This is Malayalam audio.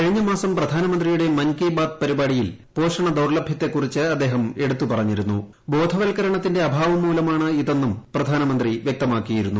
കഴിഞ്ഞ മാസം പ്രധാനമന്തിയുടെ മൻ കി ബാത്ത് പരിപാടിയിൽ പോഷണ ദൌർലഭ്യത്തെക്കുറിച്ച് ബോധവർക്കരണത്തിന്റെ അഭാവം മൂലമാണ് ഇതെന്നും പ്രധാനമന്ത്രി വ്യക്തമാക്കിയിരുന്നു